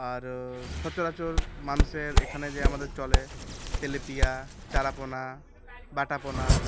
আর সচরাচর মানুষের এখানে যে আমাদের চলে তেলেপিয়া চারাপোনা বাটাপোনা